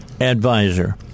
advisor